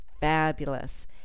fabulous